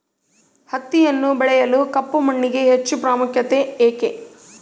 ಹತ್ತಿಯನ್ನು ಬೆಳೆಯಲು ಕಪ್ಪು ಮಣ್ಣಿಗೆ ಹೆಚ್ಚು ಪ್ರಾಮುಖ್ಯತೆ ಏಕೆ?